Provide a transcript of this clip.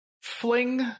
fling